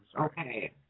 Okay